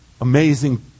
amazing